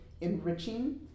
enriching